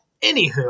Anywho